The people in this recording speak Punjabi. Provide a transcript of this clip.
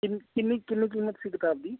ਕਿੰਨ ਕਿੰਨੀ ਕਿੰਨੀ ਕੀਮਤ ਸੀ ਕਿਤਾਬ ਦੀ